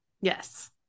Yes